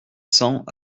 cent